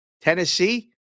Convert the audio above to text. Tennessee